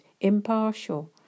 impartial